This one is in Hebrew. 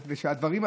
ושהדברים,